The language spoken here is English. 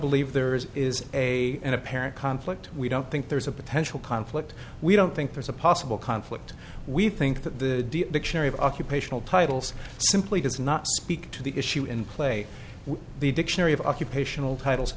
believe there is is a an apparent conflict we don't think there's a potential conflict we don't think there's a possible conflict we think that the dictionary of occupational titles simply does not speak to the issue in play the dictionary of occupational titles